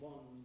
One